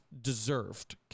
deserved